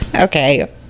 Okay